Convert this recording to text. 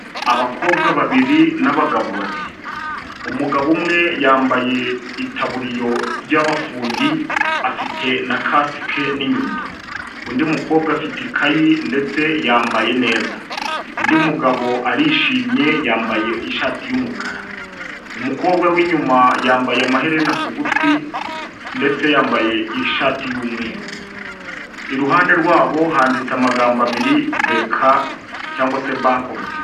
Abakobwa babiri n'abagabo babiri umugabo umwe yambaye itaburiyo y'abafundi afite na kasike n'inyundo, undi mukobwa afite ikayi ndetse yambaye neza, undi mugabo arishimye yambaye ishati y'umukara. umukobwa w'inyuma yambaye amaherena ku gutwi ndetse yambaye ishati y'umweru, iruhande rwabo handitse amagambo abiri BK cyangwa se Bank of Kigali.